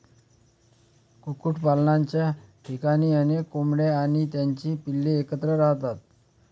कुक्कुटपालनाच्या ठिकाणी अनेक कोंबड्या आणि त्यांची पिल्ले एकत्र राहतात